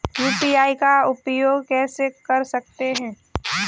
UPI का उपयोग कैसे कर सकते हैं?